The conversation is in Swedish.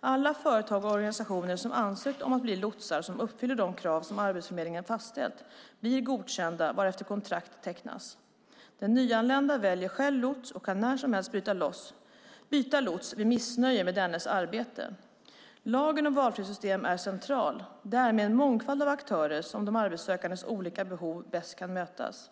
Alla företag och organisationer som ansökt om att bli lotsar och som uppfyller de krav som Arbetsförmedlingen fastställt blir godkända varefter kontrakt tecknas. Den nyanlända väljer själv lots och kan när som helst byta lots vid missnöje med dennes arbete. Lagen om valfrihetssystem är central. Det är med en mångfald av aktörer som de arbetssökandes olika behov bäst kan mötas.